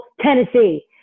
Tennessee